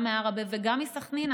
גם מעראבה וגם מסח'נין,